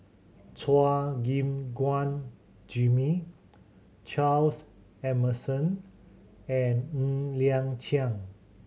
Chua Gim Guan Jimmy Charles Emmerson and Ng Liang Chiang